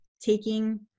taking